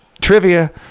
trivia